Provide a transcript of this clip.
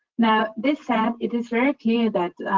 now, this said, it is very clear that